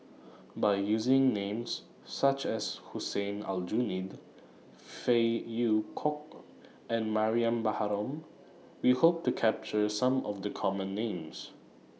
By using Names such as Hussein Aljunied Phey Yew Kok and Mariam Baharom We Hope to capture Some of The Common Names